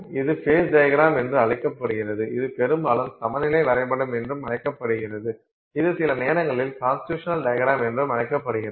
இது phase diagram என்று அழைக்கப்படுகிறது இது பெரும்பாலும் சமநிலை வரைபடம் என்றும் அழைக்கப்படுகிறது இது சில நேரங்களில் கான்ஸ்டிடுயுசனல் டையக்ரம் என்றும் அழைக்கப்படுகிறது